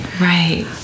right